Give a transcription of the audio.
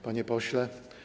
Panie Pośle!